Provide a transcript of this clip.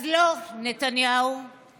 אז לא, נתניהו.